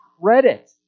credit